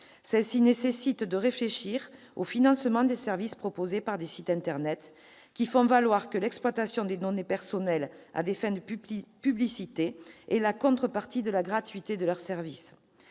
Il convient de réfléchir au financement des services proposés par des sites internet, lesquels font valoir que l'exploitation des données personnelles à des fins de publicité est la contrepartie de la gratuité de leurs services.